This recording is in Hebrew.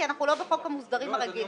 כי אנחנו לא בחוק המוסדרים הרגיל,